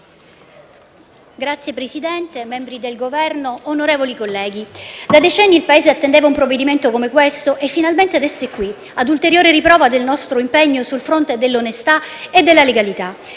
Signor Presidente, membri del Governo, onorevoli colleghi, da decenni il Paese attendeva un provvedimento come questo e finalmente adesso è qui, a ulteriore riprova del nostro impegno sul fronte dell'onestà e della legalità.